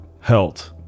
health